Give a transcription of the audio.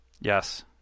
Yes